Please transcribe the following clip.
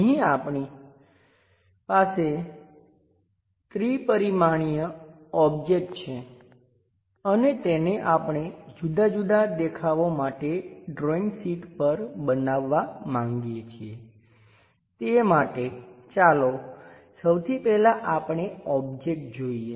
અહીં આપણી પાસે ત્રિ પરિમાણીય ઓબ્જેક્ટ છે અને તેને આપણે જુદા જુદા દેખાવો માટે ડ્રોઈંગ શીટ પર બનાવવા માંગીએ છીએ તે માટે ચાલો સૌથી પહેલાં આપણે ઓબ્જેક્ટ જોઈએ